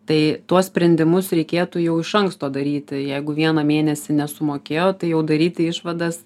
tai tuos sprendimus reikėtų jau iš anksto daryti jeigu vieną mėnesį nesumokėjo tai jau daryti išvadas